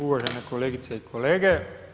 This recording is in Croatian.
Uvažene kolegice i kolege.